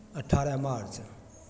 अठारह मार्च